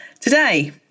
today